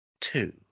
two